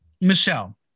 michelle